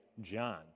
John